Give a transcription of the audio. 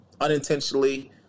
unintentionally